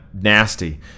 nasty